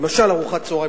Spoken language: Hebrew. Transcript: למשל ארוחת צהריים,